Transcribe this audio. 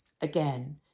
again